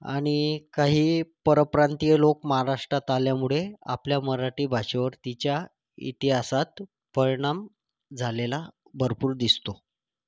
आणि काही परप्रांतीय लोक महाराष्ट्रात आल्यामुळे आपल्या मराठी भाषेवर तिच्या इतिहासात परिणाम झालेला भरपूर दिसतो